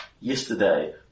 yesterday